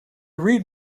read